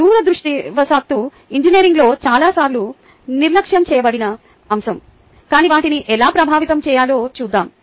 దురదృష్టవశాత్తు ఇంజనీరింగ్లో చాలాసార్లు నిర్లక్ష్యం చేయబడిన అంశం కాని వాటిని ఎలా ప్రభావితం చేయాలో చూద్దాం